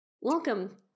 Welcome